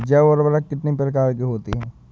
जैव उर्वरक कितनी प्रकार के होते हैं?